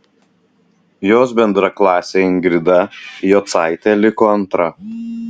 jos bendraklasė ingrida jocaitė liko antra